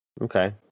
Okay